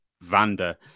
vanda